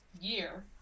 year